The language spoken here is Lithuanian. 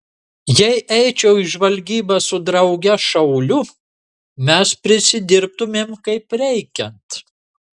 jei eičiau į žvalgybą su drauge šauliu mes prisidirbtumėm kaip reikiant